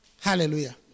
Hallelujah